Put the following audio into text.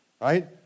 Right